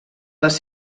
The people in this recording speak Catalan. les